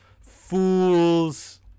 fools